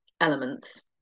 elements